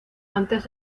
antes